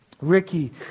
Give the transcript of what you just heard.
Ricky